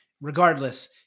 Regardless